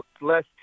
less